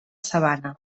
sabana